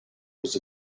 was